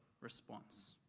response